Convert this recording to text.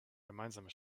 gemeinsame